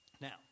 Now